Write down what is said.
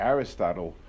Aristotle